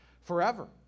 forever